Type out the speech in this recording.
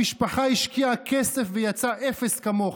המשפחה השקיעה כסף ויצא אפס כמוך.